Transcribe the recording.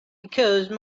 because